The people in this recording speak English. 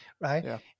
right